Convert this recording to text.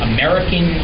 American